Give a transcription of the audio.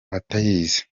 atayizi